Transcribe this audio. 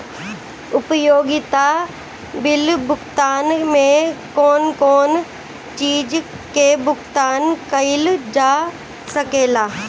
उपयोगिता बिल भुगतान में कौन कौन चीज के भुगतान कइल जा सके ला?